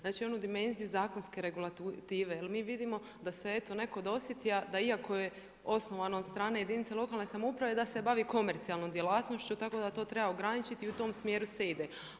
Znači, onu dimenziju zakonske regulative, jer mi vidimo, da se eto netko dosjetio, da iako je osnovano od strane jedinica lokalne samouprave, da se bavi komercijalnom djelatnošću, tako da to treba ograničiti i u tom smjeru se ide.